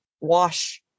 wash